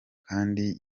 kandi